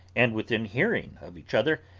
and within hearing of each other,